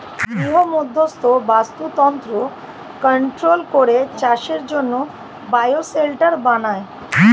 গৃহমধ্যস্থ বাস্তুতন্ত্র কন্ট্রোল করে চাষের জন্যে বায়ো শেল্টার বানায়